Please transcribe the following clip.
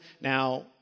Now